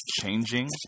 changing